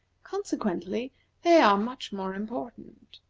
consequently they are much more important.